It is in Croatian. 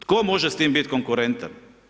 Tko može s tim bit konkurentan?